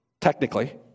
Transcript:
technically